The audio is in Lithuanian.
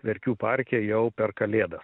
verkių parke jau per kalėdas